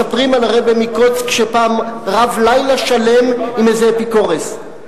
מספרים על הרבי מקוצק שפעם רב לילה שלם עם איזה אפיקורוס,